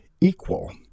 equal